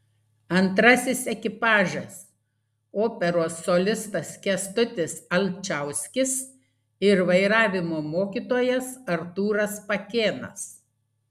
antrasis ekipažas operos solistas kęstutis alčauskis ir vairavimo mokytojas artūras pakėnas